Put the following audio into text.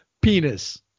penis